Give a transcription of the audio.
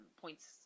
points